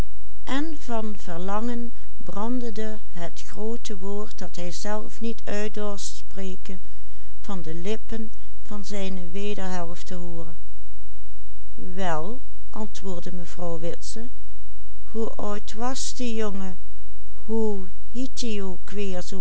lippen van zijn wederhelft te hooren wel antwoordde mevrouw witse hoe oud was